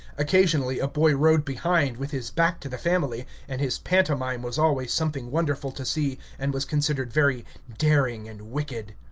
occasionally a boy rode behind, with his back to the family, and his pantomime was always some thing wonderful to see, and was considered very daring and wicked.